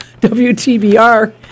WTBR